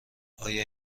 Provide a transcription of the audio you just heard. آیا